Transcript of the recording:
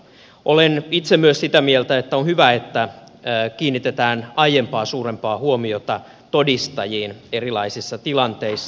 olen itse myös sitä mieltä että on hyvä että kiinnitetään aiempaa suurempaa huomiota todistajiin erilaisissa tilanteissa